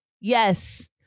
Yes